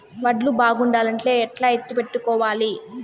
వడ్లు బాగుండాలంటే ఎట్లా ఎత్తిపెట్టుకోవాలి?